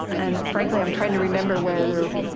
and frankly, i'm trying to remember whether.